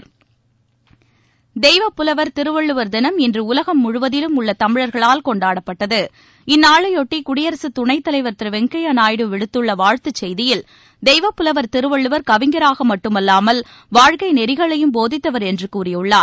தினம் இன்று உலகம் தெய்வப்புலர் திருவள்ளுவர் தமிழர்களால் முழுவதிலும் கொண்டாடப்பட்டது இந்நாளையொட்டி குடியரசு துணைத்தலைவா் திரு வெங்கையா நாயுடு விடுத்துள்ள வாழ்த்துச் செய்தியில் தெய்வப்புலவர் திருவள்ளுவர் கவிஞராக மட்டுமல்லாமல் வாழ்க்கை நெறிகளையும் போதித்தவர் என்று கூறியுள்ளார்